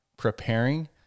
preparing